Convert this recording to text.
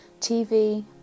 TV